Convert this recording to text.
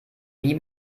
wie